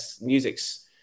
music's